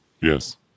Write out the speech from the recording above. Yes